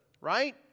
Right